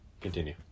Continue